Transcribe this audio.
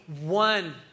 one